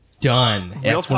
Done